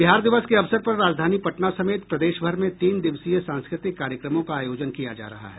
बिहार दिवस के अवसर पर राजधानी पटना समेत प्रदेशभर में तीन दिवसीय सांस्कृतिक कार्यक्रमों का आयोजन किया जा रहा है